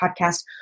podcast